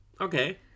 Okay